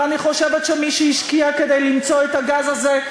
ואני חושבת שמי שהשקיע כדי למצוא את הגז הזה,